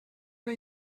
una